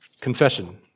confession